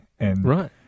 Right